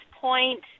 point